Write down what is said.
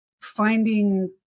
finding